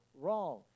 wrong